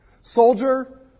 Soldier